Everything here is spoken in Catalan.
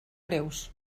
greus